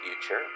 future